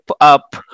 up